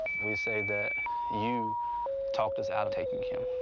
we say that you talked us out of taking him.